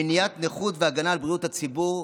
מניעת נכות והגנה על בריאות הציבור.